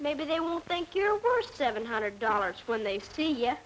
maybe they will thank you for seven hundred dollars when they see y